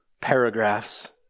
paragraphs